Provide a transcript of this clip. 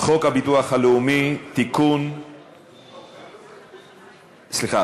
סגן